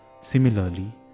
Similarly